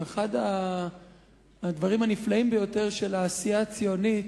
או אחד הדברים הנפלאים ביותר של העשייה הציונית,